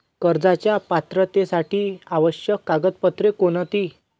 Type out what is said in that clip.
कर्जाच्या पात्रतेसाठी आवश्यक कागदपत्रे कोणती?